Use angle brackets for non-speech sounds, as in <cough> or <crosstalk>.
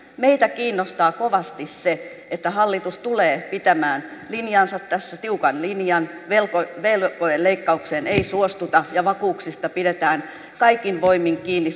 meitä kiinnostaa kovasti se että hallitus tulee pitämään linjansa tässä tiukan linjan että velkojen leikkaukseen ei suostuta ja vakuuksista pidetään kaikin voimin kiinni <unintelligible>